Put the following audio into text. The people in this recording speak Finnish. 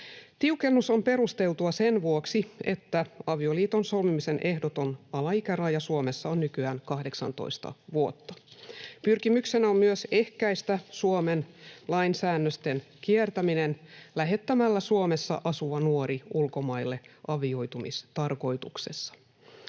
Tiukennus on perusteltua sen vuoksi, että avioliiton solmimisen ehdoton alaikäraja Suomessa on nykyään 18 vuotta. Pyrkimyksenä on myös ehkäistä Suomen lainsäännösten kiertäminen lähettämällä Suomessa asuva nuori ulkomaille avioitumistarkoituksessa.